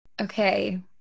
Okay